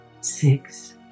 six